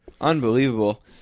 Unbelievable